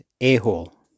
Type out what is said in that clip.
a-hole